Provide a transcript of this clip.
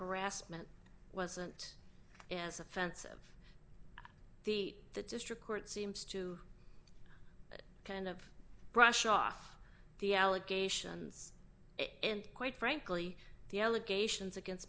harassment wasn't as offensive the the district court seems to kind of brushed off the allegations it and quite frankly the allegations against